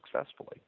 successfully